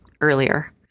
earlier